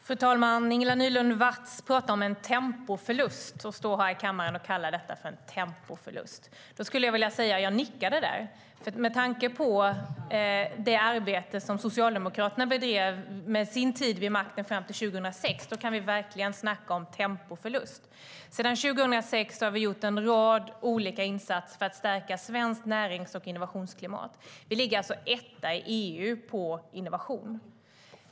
Fru talman! Ingela Nylund Watz står här i kammaren och kallar detta en tempoförlust. Jag nickade då. Med tanke på det arbete som Socialdemokraterna bedrev under sin tid vid makten fram till 2006 kan vi verkligen snacka om tempoförlust. Sedan 2006 har vi gjort en rad olika insatser för att stärka svenskt närings och innovationsklimat. Vi är etta i EU på innovation.